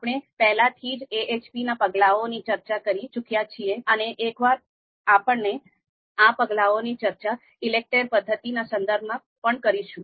આપણે પહેલાથી જ AHPના પગલાઓની ચર્ચા કરી ચૂક્યા છીએ અને એકવાર આપણે આ પગલાઓની ચર્ચા ઈલેકટેર પદ્ધતિ ના સંદર્બમાં પણ કરીશું